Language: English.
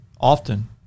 Often